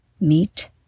Meet